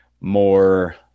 more